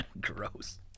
Gross